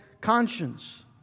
conscience